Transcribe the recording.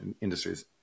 industries